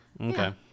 Okay